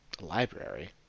library